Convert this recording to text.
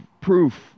proof